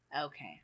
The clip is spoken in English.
okay